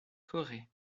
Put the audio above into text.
corre